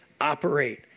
operate